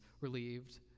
relieved